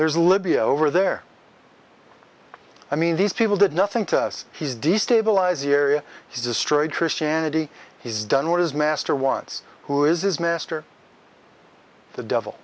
there's libya over there i mean these people did nothing to us he's destabilized the area he's destroyed christianity he's done what his master wants who is his master the devil